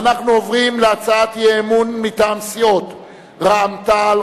ואנחנו עוברים להצעת האי-אמון מטעם סיעות רע"ם-תע"ל,